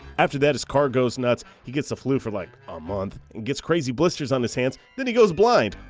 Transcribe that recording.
after that his car goes nuts, he gets the flu for like, a month, and gets crazy blisters on his hands, then he goes blind.